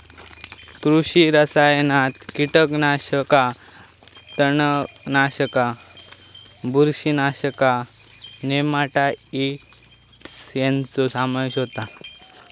कृषी रसायनात कीटकनाशका, तणनाशका, बुरशीनाशका, नेमाटाइड्स ह्यांचो समावेश होता